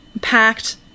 packed